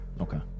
Okay